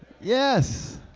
yes